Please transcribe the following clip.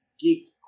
geek